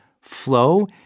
flow